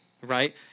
right